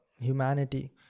humanity